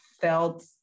felt